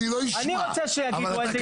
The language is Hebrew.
מי יגיד עלי, תוכיחו, אני רוצה לראות הוכחה.